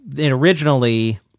originally